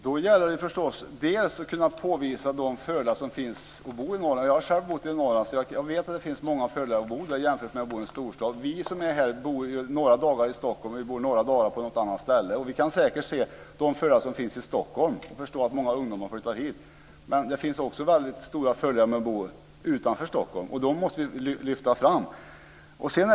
Fru talman! Det gäller då att kunna påvisa de fördelar som finns med att bo i Norrland. Jag har själv bott i Norrland, så jag vet att det finns många fördelar med att bo där jämfört med att bo i en storstad. Vi som är här bor ju några dagar i Stockholm och några dagar på något annat ställe, och vi kan säkert se de fördelar som finns i Stockholm och förstå att många ungdomar flyttar hit. Men det finns också väldigt stora fördelar med att bo utanför Stockholm, och dessa fördelar måste vi lyfta fram.